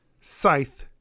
scythe